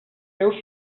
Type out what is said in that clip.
seus